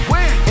Win